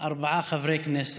אנחנו ארבעה חברי כנסת.